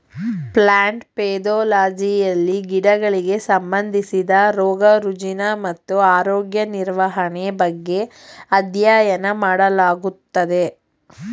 plant ಪೆದೊಲಜಿಯಲ್ಲಿ ಗಿಡಗಳಿಗೆ ಸಂಬಂಧಿಸಿದ ರೋಗ ರುಜಿನ ಮತ್ತು ಆರೋಗ್ಯ ನಿರ್ವಹಣೆ ಬಗ್ಗೆ ಅಧ್ಯಯನ ಮಾಡಲಾಗುತ್ತದೆ